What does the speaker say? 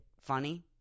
funny